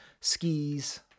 skis